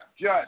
Judge